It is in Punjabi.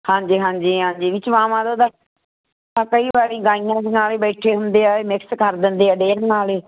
ਹਾਂਜੀ ਹਾਂਜੀ ਹਾਂਜੀ ਵੀ ਚੁਵਾਵਾਂ ਦਾ ਤਾਂ ਆ ਕਈ ਵਾਰੀ ਗਾਈਆਂ ਦੇ ਨਾਲ ਈ ਬੈਠੇ ਹੁੰਦੇ ਐ ਇਹ ਮਿਕਸ ਕਰ ਦਿੰਦੇ ਆ ਡੇਰੀਆਂ ਆਲੇ